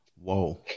Whoa